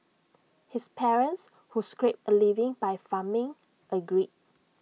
his parents who scraped A living by farming agreed